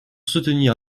soutenir